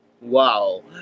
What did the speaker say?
Wow